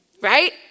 right